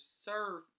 serve